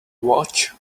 watch